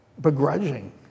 begrudging